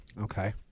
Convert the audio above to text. okay